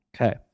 Okay